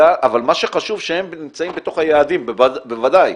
אבל מה שחשוב שהם נמצאים בתוך היעדים, בוודאי.